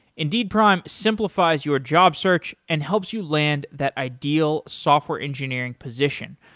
indeed prime simplifies your job search and helps you land that ideal software engineering position.